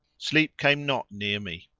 sleep came not near me.